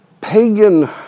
pagan